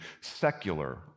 secular